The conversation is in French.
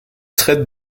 traite